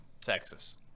Texas